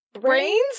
Brains